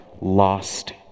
lost